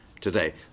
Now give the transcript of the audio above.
today